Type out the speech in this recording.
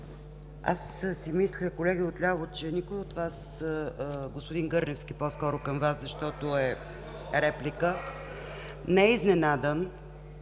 Аз си мисля, колеги от ляво, че никой от Вас, господин Гърневски, по-скоро към Вас, защото е реплика, не е изненадан